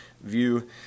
view